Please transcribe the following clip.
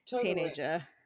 Teenager